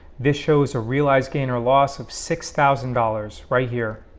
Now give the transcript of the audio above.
this shows a realized gain or loss of six thousand dollars right here